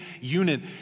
unit